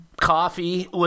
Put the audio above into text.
coffee